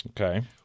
Okay